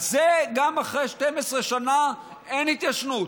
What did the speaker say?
על זה גם אחרי 12 שנה אין התיישנות.